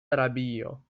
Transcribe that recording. arabio